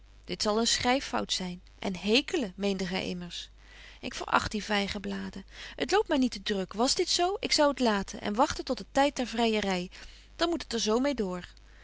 dit zal een schryffout zyn en hekelen meende gy immers ik veracht die vygenbladen t loopt my niet te druk was dit zo ik zou t laten en wagten tot de tyd der vryery dan moet het er zo meê door